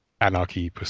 anarchy